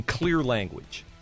language